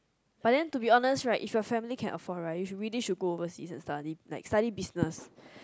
but then to be honest right if your family can afford right you really should go to overseas and study like study business